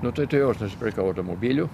nu tai tuojau aš nusipirkau automobilių